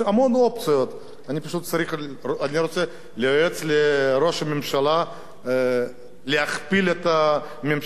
אני פשוט רוצה לייעץ לראש הממשלה להכפיל את הממשלה בכל מיני תיקים.